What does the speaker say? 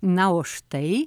na o štai